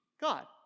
God